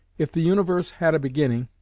if the universe had a beginning,